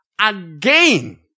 again